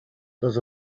does